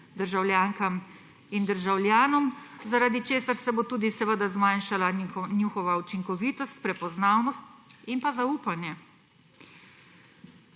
državljankam in državljanom, zaradi česar se bo tudi seveda zmanjšala njihova učinkovitost, prepoznavnost in zaupanje.